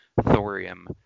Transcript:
thorium